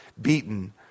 beaten